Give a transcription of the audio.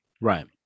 right